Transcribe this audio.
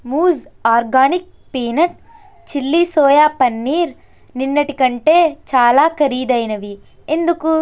మూజ్ organic peanut chilli soya paneer నిన్నటి కంటే చాలా ఖరీదైనవి ఎందుకు